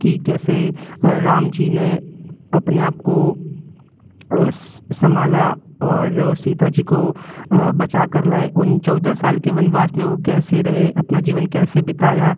कि कैसे राम जी ने अपने आप को सम्भाला और सीता जी को बचा कर लाए उन चौदह साल के वनवास में वह कैसे रहे अपना जीवन कैसे बिताया